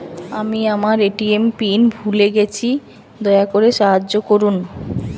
আমি আমার ATM PIN ভুলে গেছি, দয়া করে সাহায্য করুন